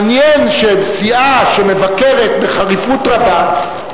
מעניין שסיעה שמבקרת בחריפות רבה,